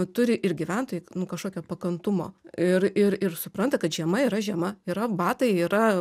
turi ir gyventojai nu kažkokio pakantumo ir ir ir supranta kad žiema yra žiema yra batai yra